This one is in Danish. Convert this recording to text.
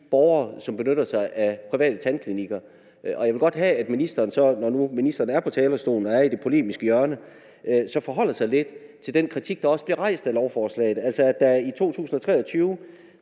borgere, som benytter sig af private tandklinikker. Jeg vil godt have, at ministeren, når nu ministeren er på talerstolen og er i det polemiske hjørne, så forholder sig lidt til den kritik af lovforslaget, der også